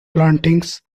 plantings